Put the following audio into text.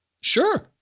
Sure